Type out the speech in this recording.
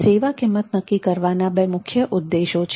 સેવા કિંમત નક્કી કરવાના બે મુખ્ય ઉદ્દેશો છે